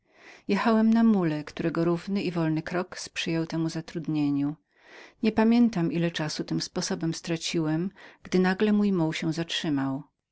jechałem na mule którego równy i wolny krok sprzyjał temu zatrudnieniu niepamiętam ile czasu tym sposobem strawiłem gdy nagle mój muł się zatrzymał